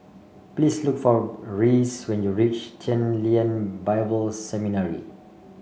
please look for Reese when you reach Chen Lien Bible Seminary